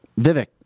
Vivek